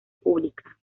pública